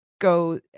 go